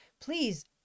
Please